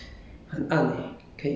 oh autopilot okay